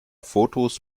fotos